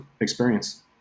experience